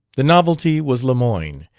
the novelty was lemoyne,